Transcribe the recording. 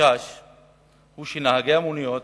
החשש הוא שנהגי המוניות,